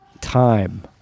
time